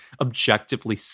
objectively